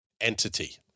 entity